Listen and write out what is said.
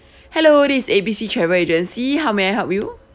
hello this is A B C travel agency how may I help you